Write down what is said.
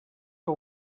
que